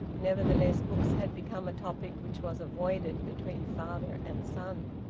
nevertheless books had become a topic which was avoided between father and son.